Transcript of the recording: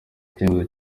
icyemezo